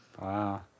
Wow